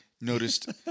noticed